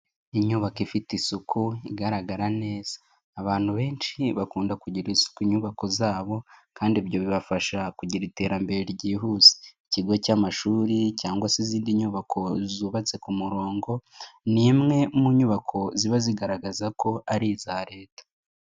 Inyubako ifite isuku igaragara neza. Abantu benshi bakunda kugira isuku inyubako zabo, kandi ibyo bibafasha kugira iterambere ryihuse. Ikigo cy'amashuri cyangwa se izindi nyubako zubatse ku murongo, ni imwe mu nyubako ziba zigaragaza ko ari iza Leta.